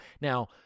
Now